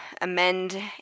amend